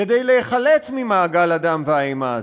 כדי להיחלץ ממעגל הדם והאימה הזה,